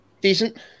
Decent